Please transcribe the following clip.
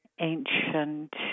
ancient